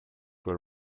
were